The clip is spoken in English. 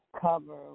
cover